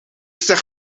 zeg